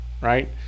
right